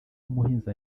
umuhinzi